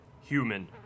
Human